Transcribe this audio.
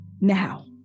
Now